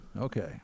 Okay